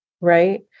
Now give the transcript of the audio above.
Right